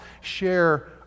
share